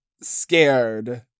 scared